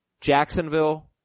Jacksonville